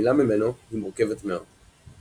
והגמילה ממנו היא מורכבת מאוד.